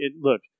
look